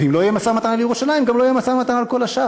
ואם לא יהיה משא-ומתן על ירושלים גם לא יהיה משא-ומתן על כל השאר,